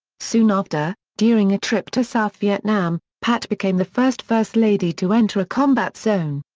soon after, during a trip to south vietnam, pat became the first first lady to enter a combat zone.